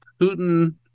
Putin